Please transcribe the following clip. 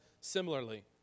similarly